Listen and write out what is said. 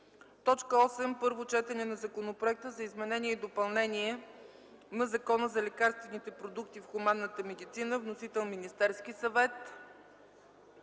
съвет. 8. Първо четене на Законопроекта за изменение и допълнение на Закона за лекарствените продукти в хуманната медицина. Вносител – Министерският съвет.